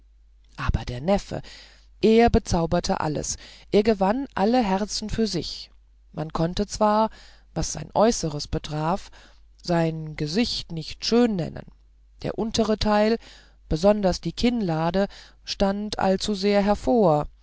aber der neffe er bezauberte alles er gewann alle herzen für sich man konnte zwar was sein äußeres betraf sein gesicht nicht schön nennen der untere teil besonders die kinnlade stand allzusehr hervor